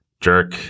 jerk